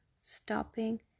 stopping